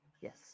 Yes